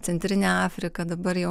centrinę afriką dabar jau